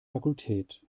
fakultät